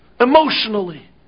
emotionally